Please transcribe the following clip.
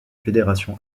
fédération